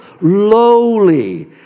lowly